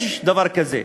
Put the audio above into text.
יש דבר כזה.